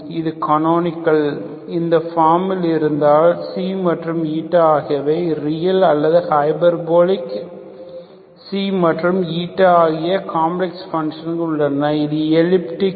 இது கனோனிக்கள் இந்த ஃபாமில் இருந்தால் மற்றும் ஆகியவை ரியல் அதாவது ஹைபர்போலிக் மற்றும் ஆகிய காம்ப்ளக்ஸ் பஞ்ஷன்கள் உள்ளன அது எலிப்டிக்